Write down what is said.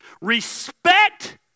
Respect